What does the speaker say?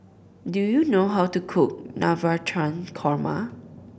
do you know how to cook Navratan Korma